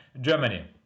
Germany